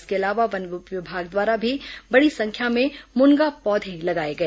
इसके अलावा वन विभाग द्वारा भी बड़ी संख्या में मुनगा पौधे लगाए गए